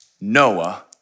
Noah